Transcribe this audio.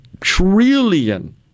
trillion